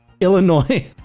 Illinois